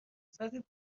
ساعت